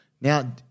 Now